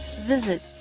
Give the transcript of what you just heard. visit